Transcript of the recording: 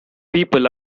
people